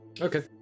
Okay